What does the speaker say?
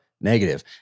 negative